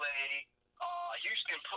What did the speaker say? Houston